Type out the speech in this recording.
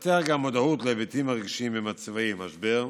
לפתח גם מודעות להיבטים הרגשיים במצבי משבר,